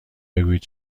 بگویید